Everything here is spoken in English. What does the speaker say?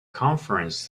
conference